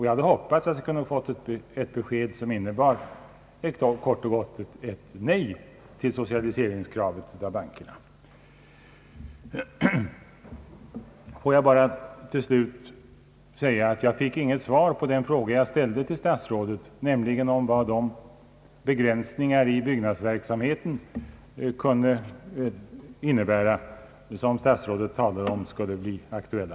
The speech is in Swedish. Jag hade hoppats på ett svar som innebar kort och gott ett nej till kravet på socialisering av bankerna. Jag vill till slut framhålla att jag inte fått något svar på den fråga som jag ställde till statsrådet om vad de begränsningar i byggnadsverksamheten kan innebära som statsrådet talade om skulle bli aktuella.